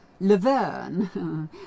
Laverne